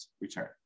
return